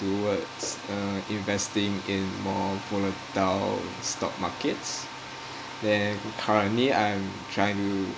towards investing in more volatile stock markets then currently I'm trying to